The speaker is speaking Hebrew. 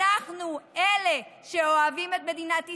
אנחנו אלה שאוהבים את מדינת ישראל,